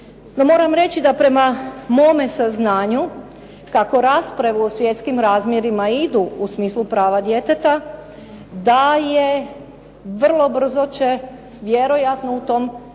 moram reći da prema mome saznanju, kako raspravu o svjetskim razmjerima idu u smislu prava djeteta, da je vrlo brzo će, vjerojatno u tom smislu